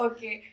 Okay